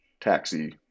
taxi